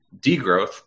degrowth